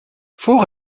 voor